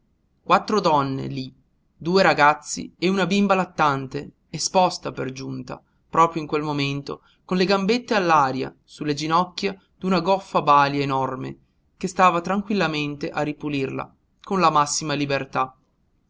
quattro donne lí due ragazzi e una bimba lattante esposta per giunta proprio in quel momento con le gambette all'aria su le ginocchia d'una goffa balia enorme che stava tranquillamente a ripulirla con la massima libertà